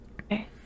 Okay